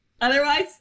Otherwise